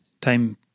time